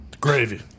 Gravy